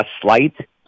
slight